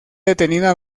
detenida